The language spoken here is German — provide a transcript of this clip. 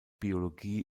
biologie